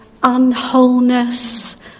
unwholeness